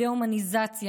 דה-הומניזציה,